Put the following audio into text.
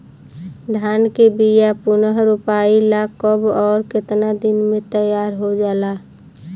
धान के बिया पुनः रोपाई ला कब और केतना दिन में तैयार होजाला?